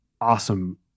Awesome